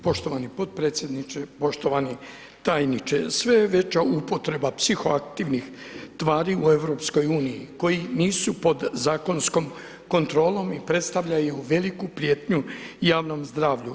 Poštovani potpredsjedniče, poštovani tajniče, sve je veća upotreba psihoaktivnih tvari u EU koji nisu pod zakonskom kontrolom i predstavljaju veliku prijetnju javnom zdravlju.